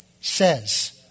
says